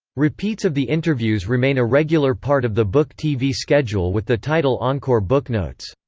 repeats of the interviews remain a regular part of the book tv schedule with the title encore booknotes.